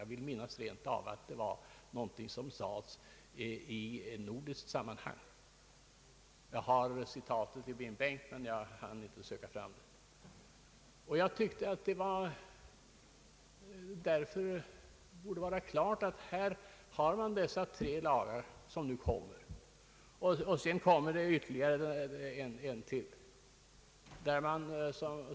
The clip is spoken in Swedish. Jag vill minnas att det sades i ett nordiskt sammanhang — jag har citatet i min bänk men hann inte leta fram det. Vi får nu tre nya lagar och så småningom ytterligare en.